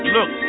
Look